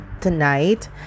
tonight